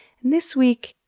and this week,